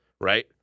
right